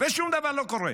ושום דבר לא קורה.